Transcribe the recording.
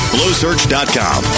BlowSearch.com